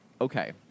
Okay